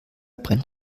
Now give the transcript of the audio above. brennt